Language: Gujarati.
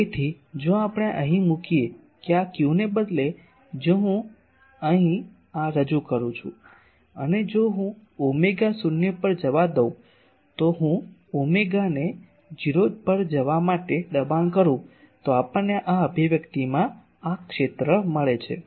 તેથી જો આપણે અહીં મૂકીએ કે આ q ને બદલે જો હું અહીં આ રજૂ કરું છું અને જો હું ઓમેગા શૂન્ય પર જવા દઉં તો જો હું ઓમેગા ને 0 જવા માટે દબાણ કરું તો આપણને આ અભિવ્યક્તિમાં આ ક્ષેત્ર મળે છે